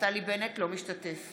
אינו משתתף